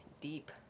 deep